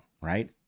right